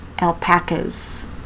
alpacas